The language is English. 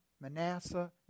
Manasseh